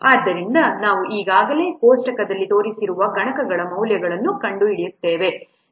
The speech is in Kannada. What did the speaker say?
ಆದ್ದರಿಂದ ನಾವು ಈಗಾಗಲೇ ಕೋಷ್ಟಕದಲ್ಲಿ ತೋರಿಸಿರುವ ಗುಣಕಗಳ ಮೌಲ್ಯಗಳನ್ನು ಕಂಡುಹಿಡಿಯುತ್ತೇವೆ